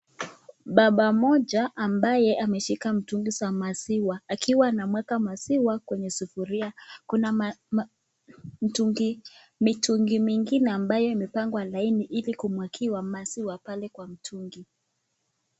Baba mmoja ambaye ameshika mtungi za maziwa akiwa anamwaga maziwa kwenye sufuria, kuna mitungi mengine ambayo imepangwa laini ili kumwagiwa maziwa pale kwa mtungi.